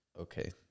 Okay